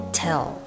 tell